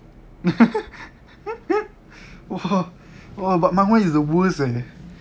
!wah! !wah! but my [one] is the worst eh